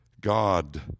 God